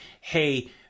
hey